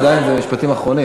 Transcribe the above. אבל עדיין זה משפטים אחרונים.